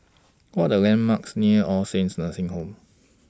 What Are The landmarks near All Saints Nursing Home